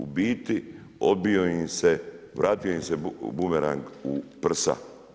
U biti obio im se, vratio im se bumerang u prsa.